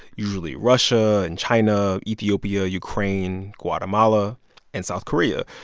usually russia and china, ethiopia, ukraine, guatemala and south korea.